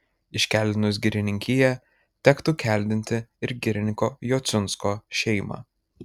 iškeldinus girininkiją tektų keldinti ir girininko jociunsko šeimą